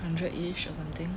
hundred each or something